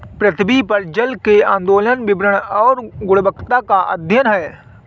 पृथ्वी पर जल के आंदोलन वितरण और गुणवत्ता का अध्ययन है